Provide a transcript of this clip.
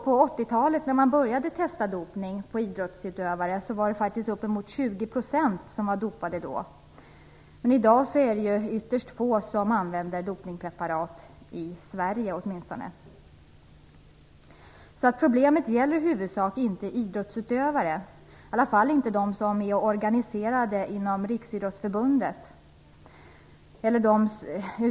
På 80-talet, då man började testa dopning bland idrottsutövare, var uppemot 20 % dopade. Men i dag är det ytterst få som använder dopningspreparat, åtminstone i Sverige. Problemet gäller alltså i huvudsak inte idrottsutövare, i alla fall inte dem som är organiserade inom Riksidrottsförbundet.